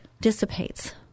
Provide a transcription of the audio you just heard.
dissipates